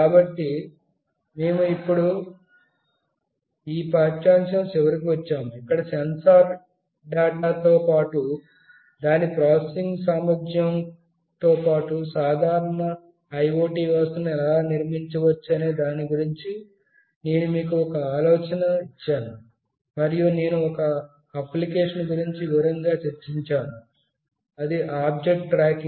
కాబట్టి మేము ఇప్పుడు ఈ పాఠ్యంశం చివరికి వచ్చాము ఇక్కడ సెన్సార్ డేటా తో పాటు దాని ప్రాసెసింగ్ సామర్ధ్యం తో పాటు సాధారణ IoT వ్యవస్థను ఎలా నిర్మించవచ్చనే దాని గురించి నేను మీకు ఒక ఆలోచన ఇచ్చాను మరియు నేను ఒక అప్లికేషన్ గురించి వివరంగా చర్చించాను అది ఆబ్జెక్ట్ ట్రాకింగ్